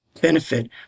benefit